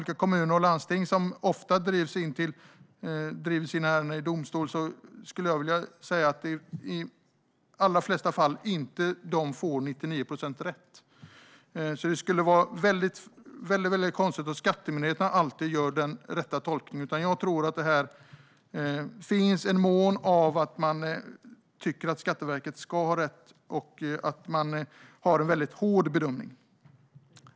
Kommuner och landsting som ofta driver sina ärenden i domstol får i de allra flesta fall inte rätt i 99 procent av ärendena. Det skulle vara konstigt om Skatteverket alltid gör den rätta tolkningen. Jag tror att man i någon mån tycker att Skatteverket ska ha rätt och ska göra en rätt hård bedömning.